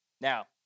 Now